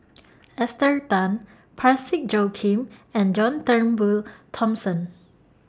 Esther Tan Parsick Joaquim and John Turnbull Thomson